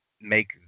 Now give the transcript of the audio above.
make